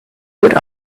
would